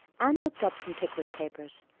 anne looked up from pickwick papers.